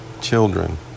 Children